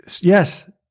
yes